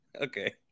okay